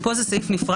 אבל פה יש סעיף נוסף,